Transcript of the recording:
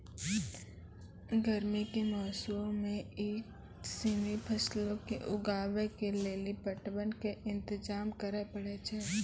गरमी के मौसमो मे इ सिनी फलो के उगाबै के लेली पटवन के इंतजाम करै पड़ै छै